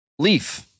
Leaf